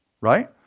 right